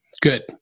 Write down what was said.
Good